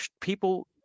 people